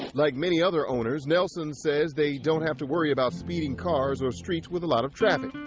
like many other owners, nelson says they don't have to worry about speeding cars or streets with a lot of traffic.